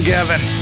Gavin